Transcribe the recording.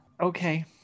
Okay